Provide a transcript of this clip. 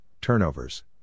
turnovers